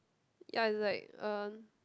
ya it's like uh